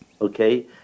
okay